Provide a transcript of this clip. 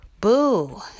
Boo